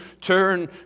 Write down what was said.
turn